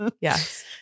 Yes